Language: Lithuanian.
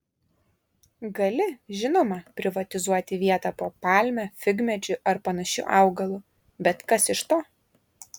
gali žinoma privatizuoti vietą po palme figmedžiu ar panašiu augalu bet kas iš to